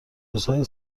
روزهای